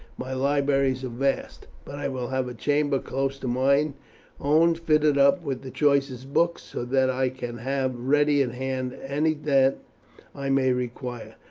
my libraries are vast, but i will have a chamber close to mine own fitted up with the choicest books, so that i can have ready at hand any that i may require.